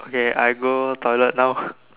okay I go toilet now